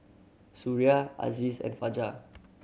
Suria Aziz and Fajar